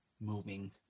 moving